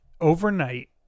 overnight